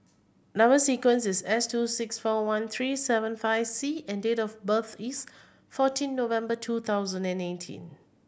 number sequence is S two six four one three seven five C and date of birth is fourteen November two thousand and eighteen